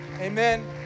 Amen